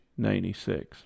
96